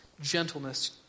gentleness